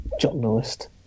journalist